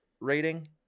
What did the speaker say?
rating